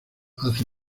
hace